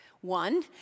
One